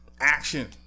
action